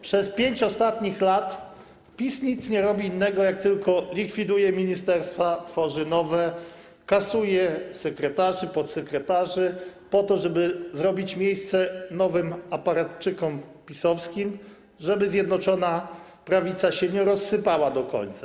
Przez ostatnich 5 lat PiS nie robi nic innego jak tylko likwiduje ministerstwa, tworzy nowe, kasuje stanowiska sekretarzy, podsekretarzy po to, żeby zrobić miejsce nowym aparatczykom PiS-owskim, żeby Zjednoczona Prawica się nie rozsypała do końca.